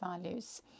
values